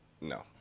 No